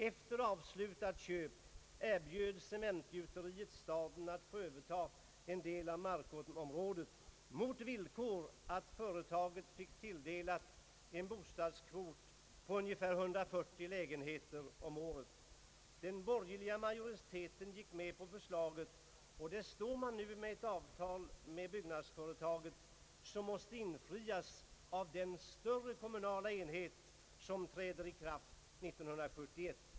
Efter avslutat köp erbjöd Cementgjuteriet staden att få överta en del av markområdet mot villkor att företaget fick sig tilldelad en bostadskvot på ungefär 140 lägenheter om året. Den borgerliga majoriteten gick med på förslaget, och där står man nu med ett avtal med Skånska cementgjuteriet som måste infrias av den större kommunala enhet som träder i kraft vid kommunsammanläggningen 1971.